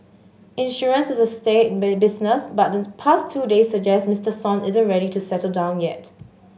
insurance is a staid business but the past two days suggest Mister Son isn't ready to settle down yet